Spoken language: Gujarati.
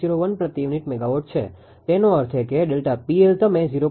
01 પ્રતિ યુનિટ મેગાવોટ છે તેનો અર્થ એ કે ΔPL તમે 0